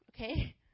okay